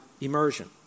immersion